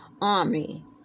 army